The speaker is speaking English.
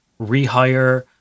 rehire